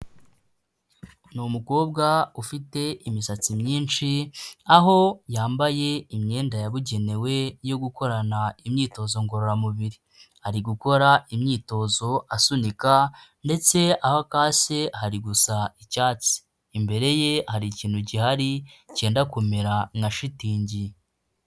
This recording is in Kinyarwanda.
Ni umukobwa ufite imisatsi myinshi aho yambaye imyenda yabugenewe yo gukorana imyitozo ngororamubiri, ari gukora imyitozo asunika ndetse aho akase hari gusa icyatsi, imbere ye hari ikintu gihari cyenda kumera nka shitingi.